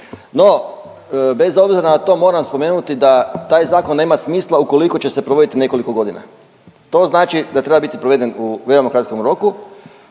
No bez obzira na to moram spomenuti da taj zakon nema smisla ukoliko će se provoditi nekoliko godina. To znači da treba biti proveden u veoma kratkom roku